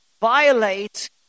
violate